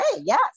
Yes